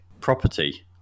property